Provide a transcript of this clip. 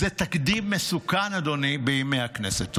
זה תקדים מסוכן בימי הכנסת, אדוני.